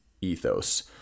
ethos